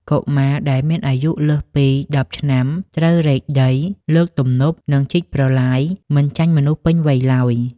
កុមារដែលមានអាយុលើសពី ១០ ឆ្នាំ ត្រូវរែកដី លើកទំនប់ និងជីកប្រឡាយមិនចាញ់មនុស្សពេញវ័យឡើយ។